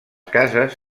cases